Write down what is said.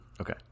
Okay